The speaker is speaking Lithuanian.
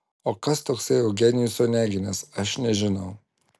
o kas toksai eugenijus oneginas aš nežinau